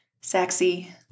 sexy